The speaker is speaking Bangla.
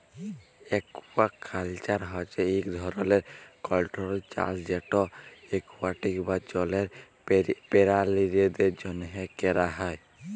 একুয়াকাল্চার হছে ইক ধরলের কল্ট্রোল্ড চাষ যেট একুয়াটিক বা জলের পেরালিদের জ্যনহে ক্যরা হ্যয়